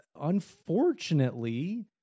Unfortunately